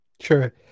Sure